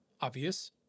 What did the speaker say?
obvious